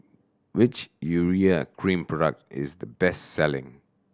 which Urea Cream product is the best selling